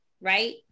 right